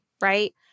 right